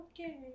Okay